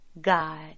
God